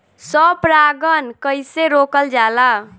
स्व परागण कइसे रोकल जाला?